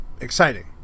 exciting